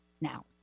now